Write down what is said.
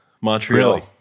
montreal